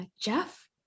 jeff